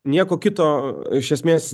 nieko kito iš esmės